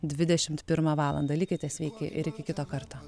dvidešimt pirmą valandą likite sveiki ir iki kito karto